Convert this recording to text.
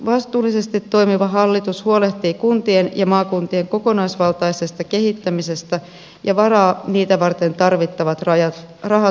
vastuullisesti toimiva hallitus huolehtii kuntien ja maakuntien kokonaisvaltaisesta kehittämisestä ja varaa niitä varten tarvittavat rahat budjetissaan